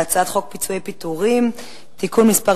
על הצעת חוק פיצויי פיטורים (תיקון מס'